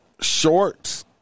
shorts